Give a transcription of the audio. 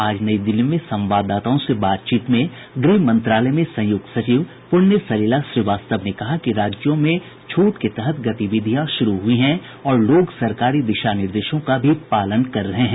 आज नई दिल्ली में संवाददाताओं से बातचीत में गृह मंत्रालय में संयुक्त सचिव पुण्य सलिला श्रीवास्तव ने कहा कि राज्यों में छूट के तहत गतिविधियां शुरू हुई हैं और लोग सरकारी दिशा निर्देशों का भी पालन कर रहे हैं